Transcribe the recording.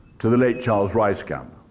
to the late charles ryskamp,